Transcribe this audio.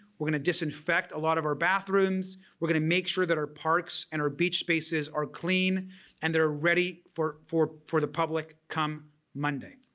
we're gonna disinfect a lot of our bathrooms, we're gonna make sure that our parks and our beach spaces are clean and they're ready for for the public come monday.